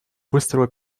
быстрого